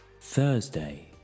thursday